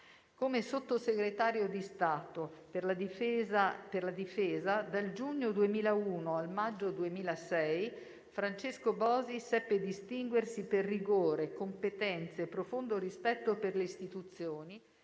Come Sottosegretario di Stato per la difesa, dal giugno 2001 al maggio 2006, Francesco Bosi seppe distinguersi per rigore, competenza e profondo rispetto per le istituzioni,